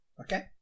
Okay